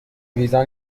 ویزا